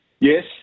Yes